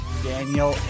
Daniel